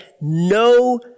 no